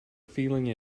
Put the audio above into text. feeling